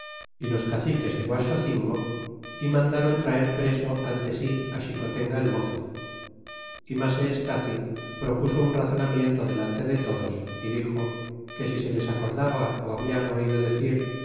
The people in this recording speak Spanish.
y los caciques de guaxocingo y mandaron traer preso ante sí xicotenga el mozo y masseescaci propuso un razonamiento delante de todos y dixo que si se les acordaba habian oido decir